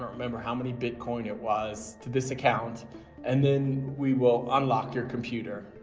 remember how many bitcoin it was, to this account and then we will unlock your computer.